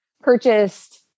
purchased